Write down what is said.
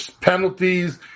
penalties